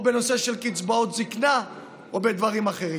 או בנושא של קצבאות זקנה או בדברים אחרים?